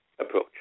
approach